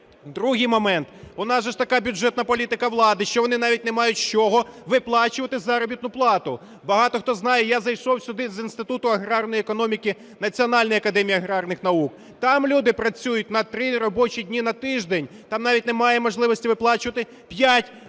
Другий момент. У нас же ж така бюджетна політика влади, що вони навіть не мають з чого виплачувати заробітну плату. Багато хто знає, я зайшов сюди з Інституту аграрної економіки Національної академії аграрних наук. Там люди працюють три робочі дні на тиждень, там навіть немає можливості виплачувати п'ять